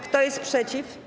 Kto jest przeciw?